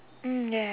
mm ya